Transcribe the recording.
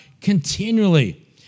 continually